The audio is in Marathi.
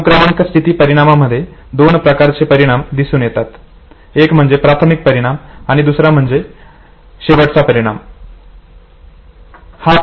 अनुक्रमांक स्थिती परिणामांमध्ये दोन प्रकारचे परिणाम दिसून येतात एक म्हणजे प्राथमिक परिणाम आणि दुसरा म्हणजे शेवटचा परिणाम होय